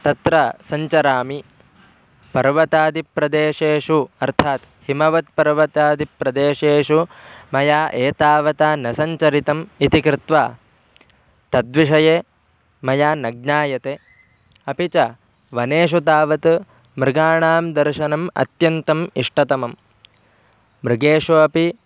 तत्र सञ्चरामि पर्वतादि प्रदेशेषु अर्थात् हिमवत्पर्वतादिप्रदेशेषु मया एतावता न सञ्चरितम् इति कृत्वा तद्विषये मया न ज्ञायते अपि च वनेषु तावत् मृगाणां दर्शनम् अत्यन्तम् इष्टतमं मृगेषु अपि